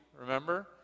remember